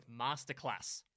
Masterclass